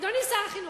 אדוני שר החינוך,